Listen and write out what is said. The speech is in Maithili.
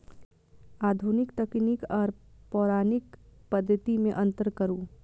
आधुनिक तकनीक आर पौराणिक पद्धति में अंतर करू?